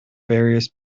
various